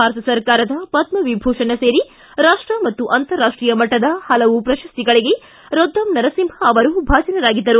ಭಾರತ ಸರ್ಕಾರದ ಪದ್ಮಭೂಷಣ ಪದ್ಮವಿಭೂಷಣ ಸೇರಿ ರಾಷ್ಟ ಮತ್ತು ಅಂತರರಾಷ್ಟೀಯ ಮಟ್ಟದ ಹಲವು ಶ್ರಶಸ್ತಿಗಳಿಗೆ ರೊದ್ದಂ ನರಸಿಂಹ ಅವರು ಭಾಜನರಾಗಿದ್ದಾರೆ